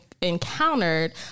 encountered